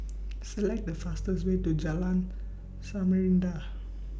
Select The fastest Way to Jalan Samarinda